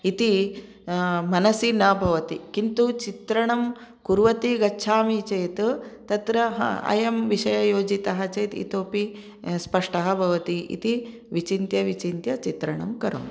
इति मनसि न भवति किन्तु चित्रणं कुर्वती गच्छामि चेत् तत्र अयं विषयः योजितः चेत् इतोऽपि स्पष्टः भवति इति विचिन्त्य विचिन्त्य चित्रणं करोमि